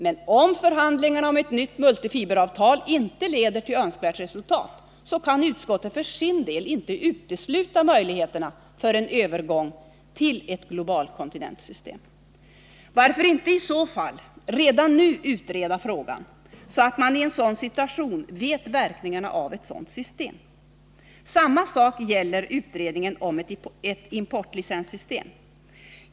Men om förhandlingarna om ett nytt multifiberavtal inte leder till önskat resultat kan utskottet för sin del inte utesluta möjligheterna till en övergång till ett globalkontingentsystem. Varför inte i så fall redan nu utreda frågan, så att man i en sådan situation vet verkningarna av ett sådant system? Samma sak gäller utredningen om ett importlicenssystem.